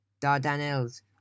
Dardanelles